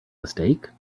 mistake